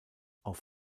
auf